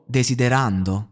desiderando